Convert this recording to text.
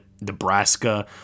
Nebraska